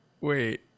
wait